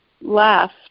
left